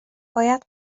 باید